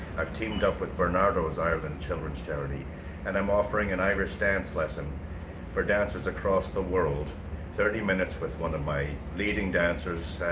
i've teamed up with barnardos ireland children's charity and i'm offering an irish dance lesson for dancers across the world thirty minutes with one of my leading dancers,